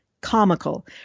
comical